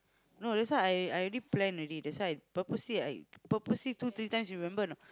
no that's why I I already plan already that's why purposely I purposely two three times you remember or not